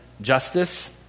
justice